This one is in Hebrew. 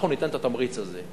אנחנו ניתן את התמריץ הזה.